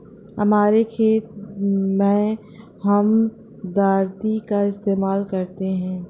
हमारे खेत मैं हम दरांती का इस्तेमाल करते हैं